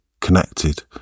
connected